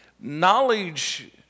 knowledge